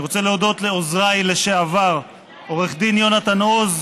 אני רוצה להודות לעוזריי לשעבר עו"ד יונתן עוז,